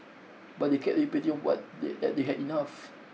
but they kept repeating what that that they had enough